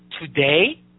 Today